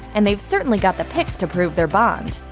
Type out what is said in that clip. and they've certainly got the pics to prove their bond.